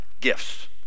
gifts